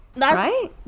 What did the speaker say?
right